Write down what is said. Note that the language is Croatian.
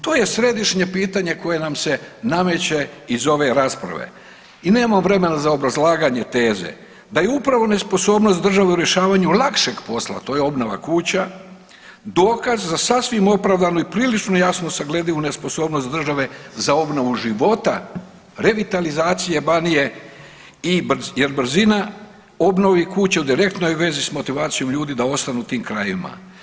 To je središnje pitanje koje nam se nameće iz ove rasprave i nemam vremena za obrazlaganje teze da je upravo nesposobnost države u rješavanju lakšeg posla to je obnova kuća dokaz za sasvim opravdanu i prilično jasnu nesagledivu nesposobnost države za obnovu života, revitalizacije Banije, jer je brzina obnove kuća u direktnoj vezi s motivacijom ljudi da ostanu u tim krajevima.